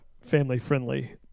family-friendly